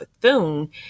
Bethune